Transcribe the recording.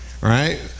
Right